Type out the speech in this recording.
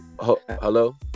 Hello